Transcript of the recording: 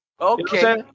Okay